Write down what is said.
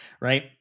right